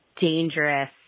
dangerous